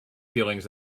feelings